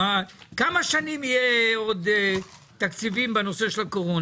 כמה שנים יהיה עוד תקציבים בנושא של הקורונה?